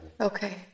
Okay